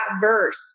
verse